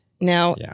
Now